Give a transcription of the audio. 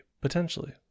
potentially